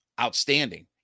outstanding